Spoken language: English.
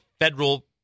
federal